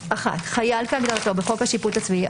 (1) חייל כהגדרתו בחוק השיפוט הצבאי,